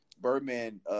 Birdman